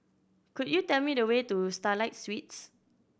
could you tell me the way to Starlight Suites